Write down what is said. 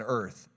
earth